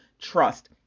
trust